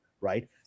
right